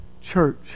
church